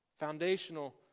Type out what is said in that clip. foundational